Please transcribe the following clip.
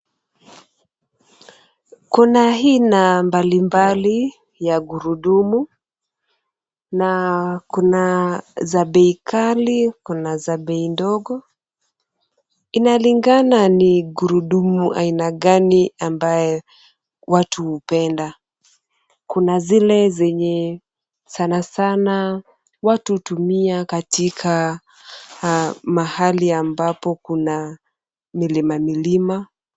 Kuna aina mbali mbali ya gurudumu, na kuna za bei kali kuna za bei ndogo. Inalingana ni gurudumu aina gani ambaye watu hupenda. Kuna zile zenye sana sana watu hutumia katika mahali ambapo kuna milima milima.